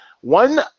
one